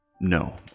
No